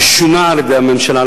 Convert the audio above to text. ששונה על-ידי הממשלה,